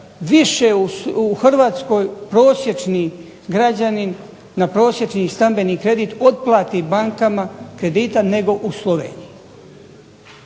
više u Hrvatskoj prosječni građanin na prosječni stambeni kredit otplati bankama kredita nego u Sloveniji.